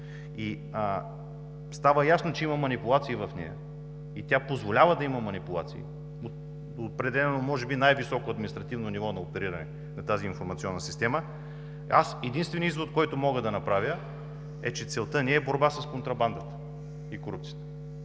става ясно, че има манипулации в нея и тя позволява да има манипулации, от определено може би най-високо административно ниво на опериране на тази информационна система, единственият извод, който мога да направя, е, че целта не е борба с контрабандата и корупцията.